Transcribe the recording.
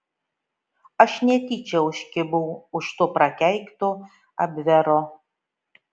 aš netyčia užkibau už to prakeikto abvero